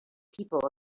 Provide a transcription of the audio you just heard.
people